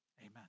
amen